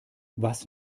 was